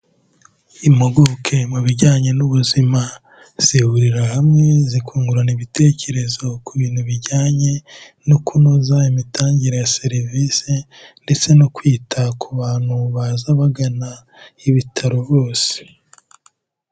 Impuguke mu bijyanye n'ubuzima, zihurira hamwe zikungurana ibitekerezo ku bintu bijyanye no kunoza imitangire ya serivisi ndetse no kwita ku bantu baza bagana ibitaro bose.